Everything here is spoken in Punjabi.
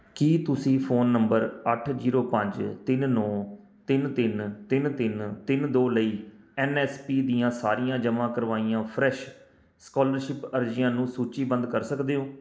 ਕੀ ਤੁਸੀਂ ਫ਼ੋਨ ਨੰਬਰ ਅੱਠ ਜੀਰੋ ਪੰਜ ਤਿੰਨ ਨੌਂ ਤਿੰਨ ਤਿੰਨ ਤਿੰਨ ਤਿੰਨ ਤਿੰਨ ਦੋ ਲਈ ਐਨ ਐਸ ਪੀ ਦੀਆਂ ਸਾਰੀਆਂ ਜਮ੍ਹਾਂ ਕਰਵਾਈਆਂ ਫਰੈਸ਼ ਸਕਾਲਰਸ਼ਿਪ ਅਰਜ਼ੀਆਂ ਨੂੰ ਸੂਚੀਬੱਧ ਕਰ ਸਕਦੇ ਹੋ